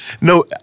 no